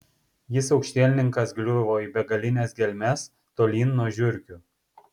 jis aukštielninkas griuvo į begalines gelmes tolyn nuo žiurkių